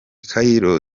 cairo